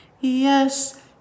Yes